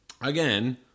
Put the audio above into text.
Again